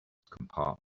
compartment